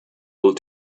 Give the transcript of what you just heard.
will